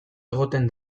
egoten